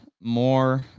more